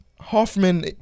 Hoffman